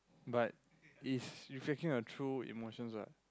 but it's reflecting a true emotions what